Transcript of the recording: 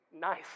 nice